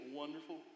wonderful